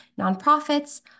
nonprofits